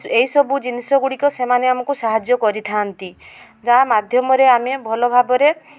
ଏଇ ସବୁ ଜିନିଷଗୁଡ଼ିକ ସେମାନେ ଆମକୁ ସାହାଯ୍ୟ କରିଥାଆନ୍ତି ଯାହା ମାଧ୍ୟମରେ ଆମେ ଭଲ ଭାବରେ